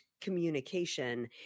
communication